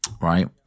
Right